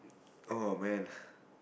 oh man